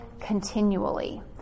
continually